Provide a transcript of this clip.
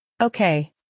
Okay